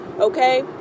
okay